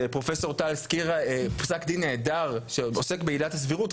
פרופסור טל הזכיר פסק דין נהדר שעוסק בעילת הסבירות,